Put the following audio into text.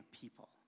people